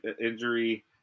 injury